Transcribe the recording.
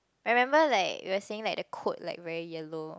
remember like we'll saying like the coat like very yellow